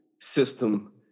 system